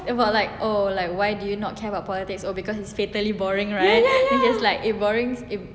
about like oh like why did you not care about politics oh because is fatally boring right it was like it's boring